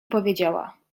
powiedziała